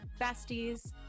besties